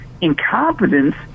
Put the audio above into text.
incompetence